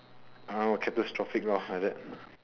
catastrophic lor like that